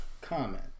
comment